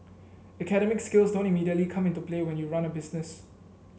academic skills don't immediately come into play when you run a business